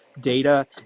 data